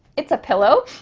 it's a pillow,